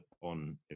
on